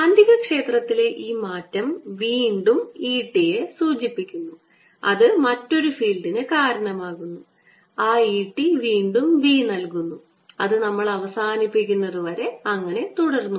കാന്തികക്ഷേത്രത്തിലെ ഈ മാറ്റം വീണ്ടും E t യെ സൂചിപ്പിക്കുന്നു അത് മറ്റൊരു ഫീൽഡിന് കാരണമാകുന്നു ആ E t വീണ്ടും B നൽകുന്നു അത് നമ്മൾ അവസാനിപ്പിക്കുന്നത് വരെ അങ്ങനെ തുടരുന്നു